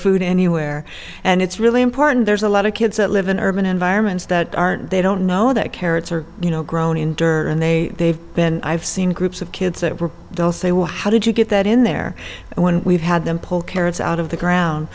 food anywhere and it's really important there's a lot of kids that live in urban environments that aren't they don't know that carrots are you know grown in dirt and they they've been i've seen groups of kids that were they'll say well how did you get that in there when we've had them pull carrots out of the ground